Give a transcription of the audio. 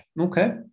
Okay